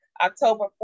October